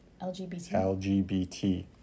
LGBT